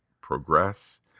progress